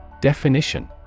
Definition